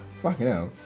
fucking hell,